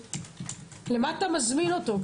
למה אתה מזמין אותו?